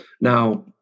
Now